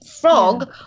frog